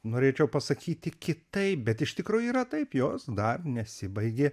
norėčiau pasakyti kitaip bet iš tikrųjų yra taip jos dar nesibaigė